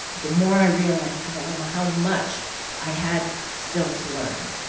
the more i realized how um how much i had still to learn.